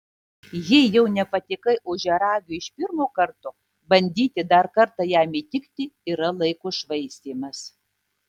jei jau nepatikai ožiaragiui iš pirmo karto bandyti dar kartą jam įtikti yra laiko švaistymas